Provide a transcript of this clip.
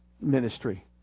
ministry